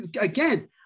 again